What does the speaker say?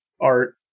art